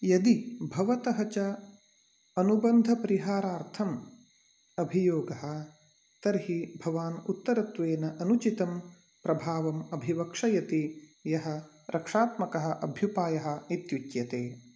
यदि भवतः च अनुबन्धपरिहारार्थम् अभियोगः तर्हि भवान् उत्तरत्वेन अनुचितं प्रभावम् अभिवक्षयति यः रक्षात्मकः अभ्युपायः इत्युच्यते